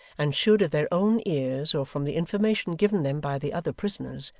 and should, of their own ears or from the information given them by the other prisoners,